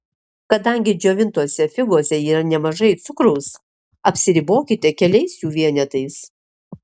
kadangi džiovintose figose yra nemažai cukraus apsiribokite keliais jų vienetais